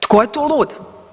Tko je tu lud?